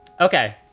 Okay